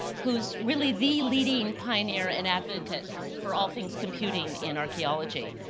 who's really the leading pioneer and advocate for all things computing in archeology.